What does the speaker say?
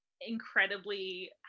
incredibly